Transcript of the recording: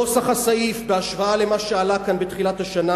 נוסח הסעיף בהשוואה למה שעלה כאן בתחילת השנה,